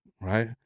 right